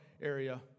area